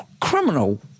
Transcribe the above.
criminal